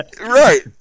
Right